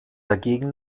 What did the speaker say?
dagegen